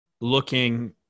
looking